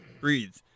breathe